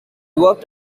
worked